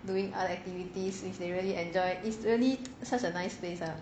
doing other activities which they really enjoy it's really such a nice place ah